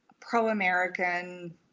pro-American